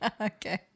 okay